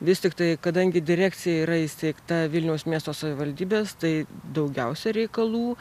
vis tiktai kadangi direkcija yra įsteigta vilniaus miesto savivaldybės tai daugiausia reikalų